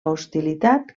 hostilitat